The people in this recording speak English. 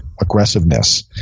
aggressiveness